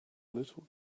little